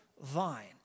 vine